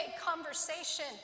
conversation